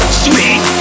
sweet